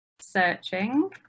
searching